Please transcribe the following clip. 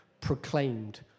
proclaimed